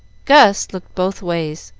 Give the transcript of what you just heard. gus looked both ways,